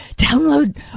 download